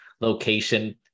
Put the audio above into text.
location